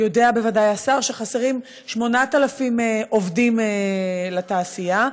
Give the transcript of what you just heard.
בוודאי השר יודע שחסרים 8,000 עובדים לתעשייה.